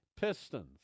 Pistons